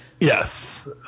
Yes